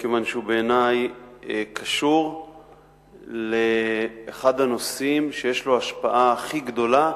מכיוון שבעיני הוא קשור לאחד הנושאים שיש להם ההשפעה הכי גדולה